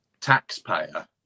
taxpayer